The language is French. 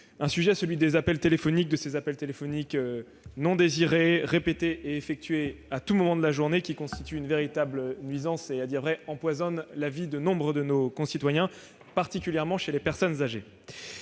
ce sujet, celui des appels téléphoniques non désirés, répétés et effectués à tout moment de la journée, qui constituent une véritable nuisance et empoisonnent la vie de nombre de nos concitoyens, particulièrement les personnes âgées.